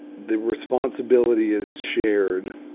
the responsibility is shared,